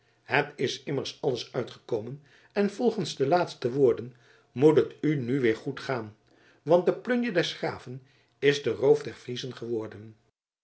het is immers alles uitgekomen en volgens de laatste woorden moet het u nu weer goed gaan want de plunje des graven is de roof der friezen geworden